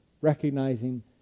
recognizing